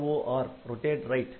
n i ROR2r